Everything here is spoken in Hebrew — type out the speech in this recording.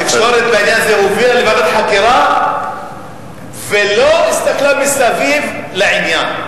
התקשורת בעניין הזה הובילה לוועדת חקירה ולא הסתכלה מסביב לעניין.